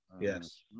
Yes